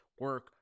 Work